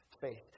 faith